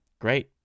Great